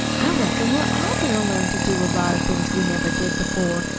i reckon we're all goin' to learn to do a lot of things we never did before,